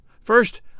First